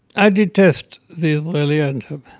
i detest the israeli anthem,